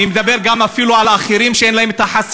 אני מדבר אפילו גם על האחרים שאין להם החסינות,